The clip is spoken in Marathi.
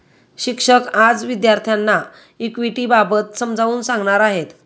शिक्षक आज विद्यार्थ्यांना इक्विटिबाबत समजावून सांगणार आहेत